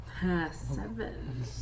Seven